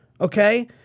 Okay